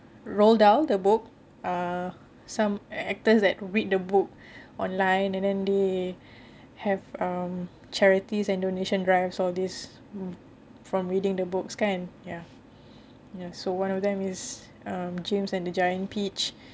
roald dahl the book ah some actors that read the book online and then they have um charities and donation drives all this from reading the book kan ya ya so one of them is james and the giant peach